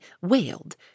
wailed